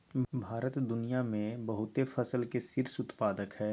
भारत दुनिया में बहुते फसल के शीर्ष उत्पादक हइ